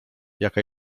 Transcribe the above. jaka